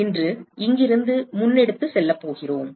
எனவே இன்று இங்கிருந்து முன்னெடுத்துச் செல்லப் போகிறோம்